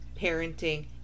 parenting